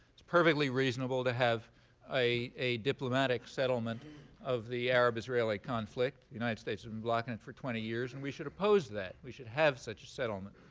it's perfectly reasonable to have a diplomatic settlement of the arab-israeli conflict. the united states has and been blocking it for twenty years, and we should oppose that. we should have such a settlement.